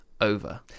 over